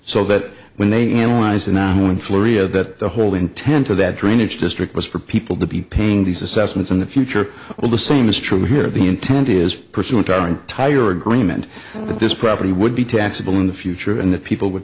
so that when they analyzed the nine one floria that the whole intent of that drainage district was for people to be paying these assessments in the future well the same is true here the intent is pursuant to our entire agreement that this property would be taxable in the future and that people would